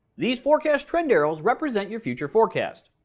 these forecast trend arrows represent your future forecast.